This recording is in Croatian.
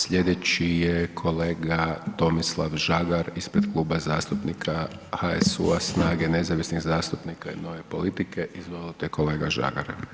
Sljedeći je kolega Tomislav Žagar ispred Kluba zastupnika HSU-a, SNAGA-e, nezavisnih zastupnika i Nove politike, izvolite kolega Žagar.